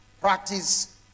practice